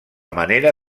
manera